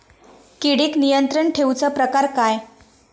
किडिक नियंत्रण ठेवुचा प्रकार काय?